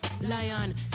Lion